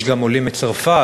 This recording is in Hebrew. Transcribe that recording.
יש גם עולים מצרפת.